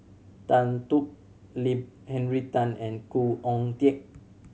Tan Thoon Lip Henry Tan and Khoo Oon Teik